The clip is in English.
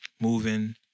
moving